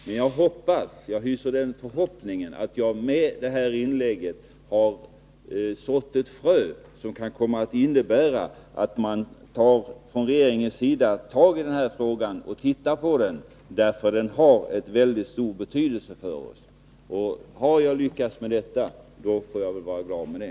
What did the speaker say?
Men jag hyser förhoppningen att jag med det här inlägget har sått ett frö, som kan komma att innebära att regeringen tar tag i den här frågan och studerar den närmare. — Har jag lyckats med detta får jag vara glad över det.